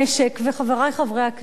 וחברי חברי הכנסת,